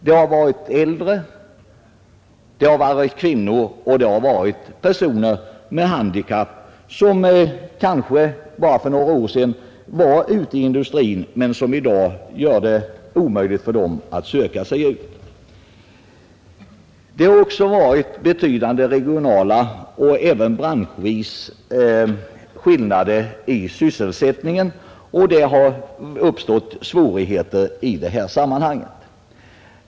Det har varit äldre, det har varit kvinnor och det har varit personer med handikapp, som kanske bara för några år sedan var ute i förvärvslivet men som i dag inte har någon möjlighet att söka sig ut. Det har också varit betydande regionala och även branschvis betingade skillnader i sysselsättningen, och svårigheter har uppstått i sammanhanget.